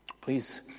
Please